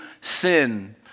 sin